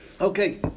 Okay